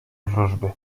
wróżby